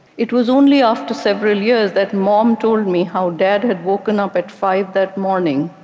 it was only after several years that mom told me how dad had woken up at five that morning,